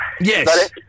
Yes